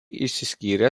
išsiskyrė